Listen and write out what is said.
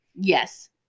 Yes